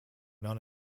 none